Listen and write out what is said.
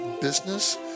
business